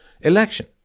election